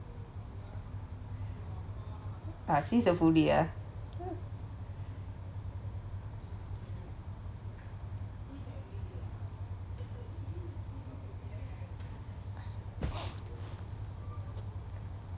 ah since you foodie ya